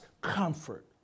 comfort